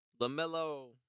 LaMelo